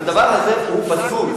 הדבר הזה פסול.